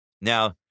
Now